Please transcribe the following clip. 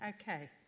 okay